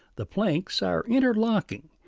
the planks are interlocking,